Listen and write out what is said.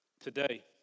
today